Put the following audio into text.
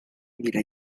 mira